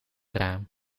raam